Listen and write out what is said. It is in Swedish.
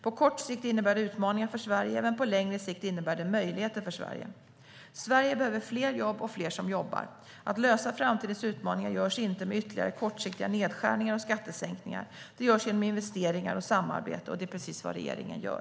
På kort sikt innebär det utmaningar för Sverige, men på längre sikt innebär det möjligheter för Sverige. Sverige behöver fler jobb och fler som jobbar. Att lösa framtidens utmaningar görs inte med ytterligare kortsiktiga nedskärningar och skattesänkningar. Det görs genom investeringar och samarbete, och det är precis vad regeringen gör.